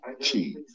cheese